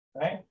right